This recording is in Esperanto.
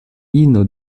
ino